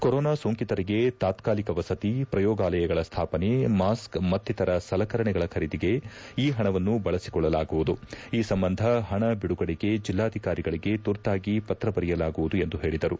corona ಸೋಂಕಿತರಿಗೆ ತಾತ್ಕಾಲಿಕ ವಸತಿ ಪ್ರಯೋಗಾಲಯಗಳ ಸ್ವಾಪನೆ ಮಾಸ್ಕ್ ಮತ್ತಿತರ ಸಲಕರಣೆಗಳ ಖರೀದಿಗೆ ಈ ಹಣವನ್ನು ಬಳಸಿಕೊಳ್ಳಲಾಗುವುದು ಈ ಸಂಬಂಧ ಹಣ ಬಿಡುಗಡೆಗೆ ಜಿಲ್ಲಾಧಿಕಾರಿಗಳಿಗೆ ತುರ್ತಾಗಿ ಪತ್ರ ಬರೆಯಲಾಗುವುದು ಎಂದು ಹೇಳಿದರು